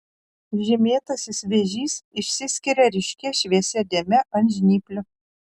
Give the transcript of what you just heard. žymėtasis vėžys išsiskiria ryškia šviesia dėme ant žnyplių